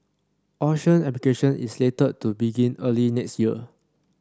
auction application is slated to begin early next year